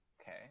Okay